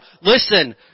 Listen